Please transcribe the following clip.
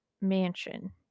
mansion